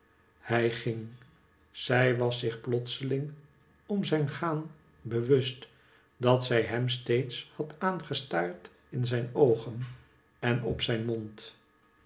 hij ging zij w as zich plotseling om zijn gaan bewust dat zij hem steeds had aangestaard in zijn oogen en op zijn mond